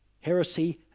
heresy